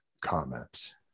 comments